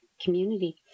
community